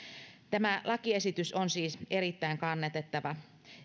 tämä lakiesitys on siis erittäin kannatettava